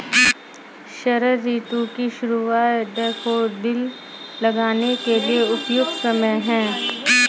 शरद ऋतु की शुरुआत डैफोडिल लगाने के लिए उपयुक्त समय है